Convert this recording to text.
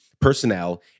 personnel